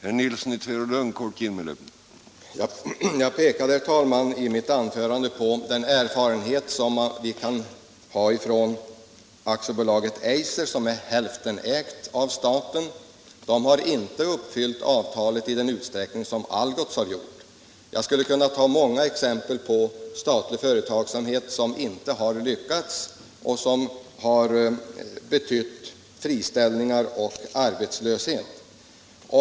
Herr talman! Jag pekade i mitt anförande på den erfarenhet vi kan ha från AB Eiser som är till hälften ägt av staten. De har inte uppfyllt avtalet ens i den utsträckning som Algots har gjort. Jag skulle kunna ta många exempel på statlig företagsamhet som inte har lyckats och som har betytt friställningar och arbetslöshet.